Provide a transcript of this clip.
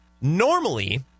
Normally